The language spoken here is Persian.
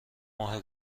ماه